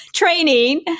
Training